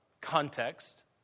context